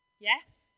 yes